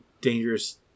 dangerous